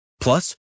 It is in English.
Plus